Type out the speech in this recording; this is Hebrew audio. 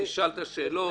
תשאלו את השאלות.